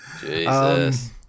Jesus